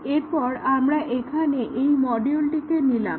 এরপর আমরা এখানে এই মডিউলটিকে নিলাম